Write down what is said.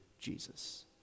Jesus